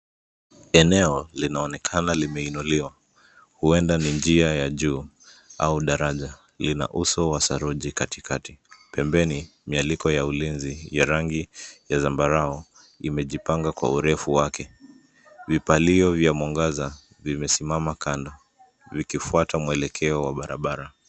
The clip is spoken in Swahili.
Eneo linaonekana limeinuliwa huenda ni njia ya juu au daraja. Lina uso wa saruji katikati. Pembeni mialiko ya ulinzi ya rangi ya zambarau imejipanga kwa urefu wake. Vipalio vya mwangaza vimesimama kando vikifuata mwelekeo wa barabara.